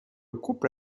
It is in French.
couple